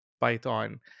Python